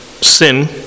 sin